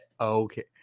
okay